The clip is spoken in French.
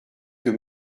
bien